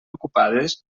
ocupades